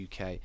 UK